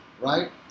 right